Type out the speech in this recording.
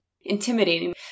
intimidating